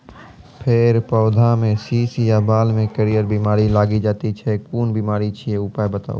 फेर पौधामें शीश या बाल मे करियर बिमारी लागि जाति छै कून बिमारी छियै, उपाय बताऊ?